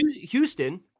Houston